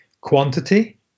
quantity